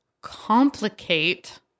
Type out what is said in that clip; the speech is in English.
complicate